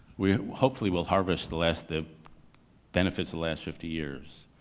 we hopefully will harvest the last, the benefits the last fifty years,